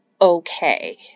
Okay